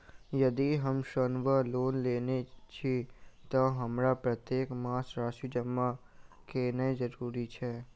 यदि हम ऋण वा लोन लेने छी तऽ हमरा प्रत्येक मास राशि जमा केनैय जरूरी छै?